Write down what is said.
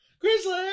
Grizzly